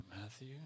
Matthew